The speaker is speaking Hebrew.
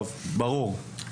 טוב, ברור.